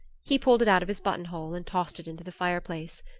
he pulled it out of his buttonhole and tossed it into the fire-place.